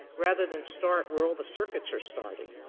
rather than start where all the circuits are starting,